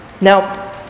Now